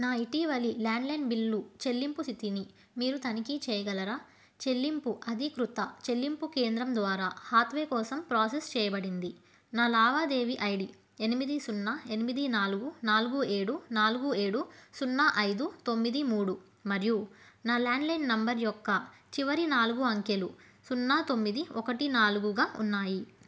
నా ఇటీవలి landline bill చెల్లింపు స్థితిని మీరు తనిఖీ చేయగలరా చెల్లింపు అధీకృత చెల్లింపు కేంద్రం ద్వారా హాత్వే కోసం ప్రోసెస్ చేయబడింది నా లావాదేవీ ఐ డీ ఎనిమిది సున్నా ఎనిమిది నాలుగు నాలుగు ఏడు నాలుగు ఏడు సున్నా ఐదు తొమ్మిది మూడు మరియు నా ల్యాండ్లైన్ నెంబర్ యొక్క చివరి నాలుగు అంకెలు సున్నా తొమ్మిది ఒకటి నాలుగుగా ఉన్నాయి